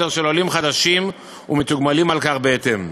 של עולים חדשים ומתוגמלים על כך בהתאם.